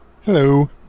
Hello